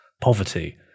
poverty